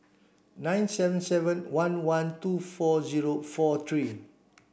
nine seven seven one one two four zero four three